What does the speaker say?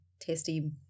tasty